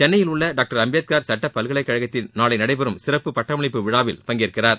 சென்னையில் உள்ள டாக்டர் அம்பேத்கார் சட்ட பல்கலைக்கழகத்தில் நாளை நடைபெறும் சிறப்பு பட்டமளிப்பு விழாவில் பங்கேற்கிறார்